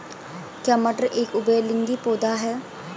क्या मटर एक उभयलिंगी पौधा है?